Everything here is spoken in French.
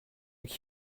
qui